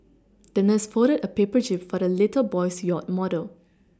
the nurse folded a paper jib for the little boy's yacht model